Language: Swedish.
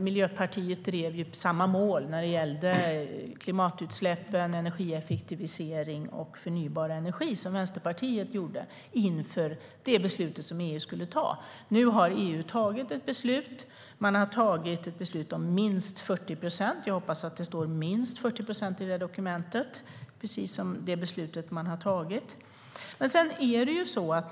Miljöpartiet drev samma mål som Vänsterpartiet när det gällde klimatutsläpp, energieffektivisering och förnybar energi inför det beslut som EU skulle fatta. Nu har EU fattat ett beslut. Man har fattat beslut om minst 40 procent; jag hoppas att det står minst 40 procent i det dokument som Jens Holm visade upp.